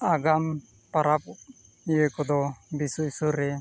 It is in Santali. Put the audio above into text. ᱟᱜᱟᱢ ᱯᱚᱨᱚᱵᱽ ᱤᱭᱟᱹ ᱠᱚᱫᱚ ᱵᱤᱥᱮᱥ ᱠᱚᱨᱮ